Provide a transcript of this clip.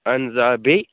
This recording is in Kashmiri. اَہَن حظ آ بیٚیہِ